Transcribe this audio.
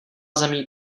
zemí